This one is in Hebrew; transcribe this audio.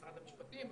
משרד המשטים,